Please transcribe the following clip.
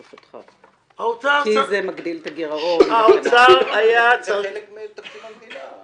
כי זה מגדיל את הגירעון --- זה חלק מתקציב המדינה.